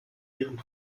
ihren